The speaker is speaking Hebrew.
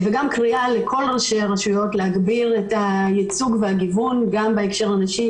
גם קריאה לכל ראשי הרשויות להגביר את הייצוג והגיוון גם בהקשר הנשי,